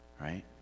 right